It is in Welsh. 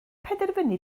penderfynu